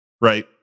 right